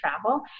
travel